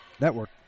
network